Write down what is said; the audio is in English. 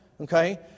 Okay